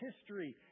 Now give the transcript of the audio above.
history